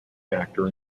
actor